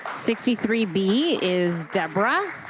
sixty three b is deborah.